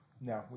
No